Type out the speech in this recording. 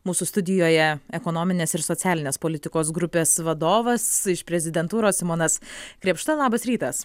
mūsų studijoje ekonominės ir socialinės politikos grupės vadovas iš prezidentūros simonas krėpšta labas rytas mums